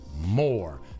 more